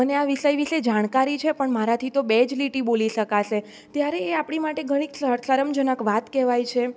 મને આ વિષય વિષય વિષે જાણકારી છે પણ મારાથી તો બે જ લીટી બોલી શકાશે ત્યારે એ આપણી માટે ઘણી શરમજનક વાત કહેવાય છે